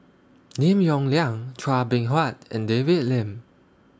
Lim Yong Liang Chua Beng Huat and David Lim